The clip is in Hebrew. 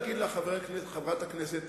לשיעור למתחילים פחות בכלכלה,